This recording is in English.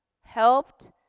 helped